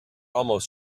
almost